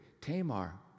Tamar